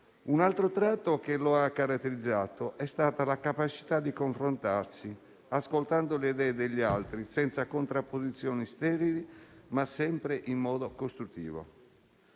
Un altro tratto che lo ha caratterizzato è stato la capacità di confrontarsi ascoltando le idee degli altri, senza contrapposizioni sterili, ma sempre in modo costruttivo.